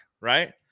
right